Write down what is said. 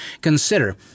Consider